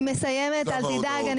אני מסיימת, אל תדאג.